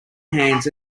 hands